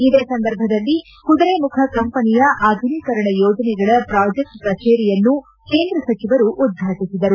ಇದೇ ಸಂದರ್ಭದಲ್ಲಿ ಕುದುರೆಮುಖ ಕಂಪನಿಯ ಆಧುನಿಕರಣ ಯೋಜನೆಗಳ ಪ್ರಾಜೆಕ್ಟ್ ಕಚೇರಿಯನ್ನು ಕೇಂದ್ರ ಸಚಿವರು ಉದ್ವಾಟಿಸಿದರು